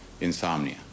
insomnia